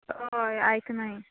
हय आयक नाय